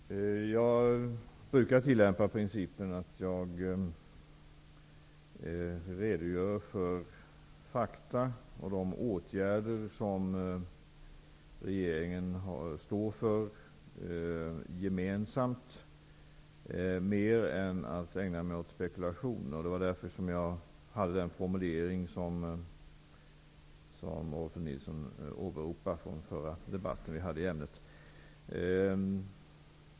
Fru talman! Jag brukar tillämpa principen att jag redogör för fakta och för de åtgärder som regeringen gemensamt står för snarare än att ägna mig åt spekulation. Det var därför som jag använde den formulering som Rolf L Nilson åberopar från vår förra debatt i ämnet.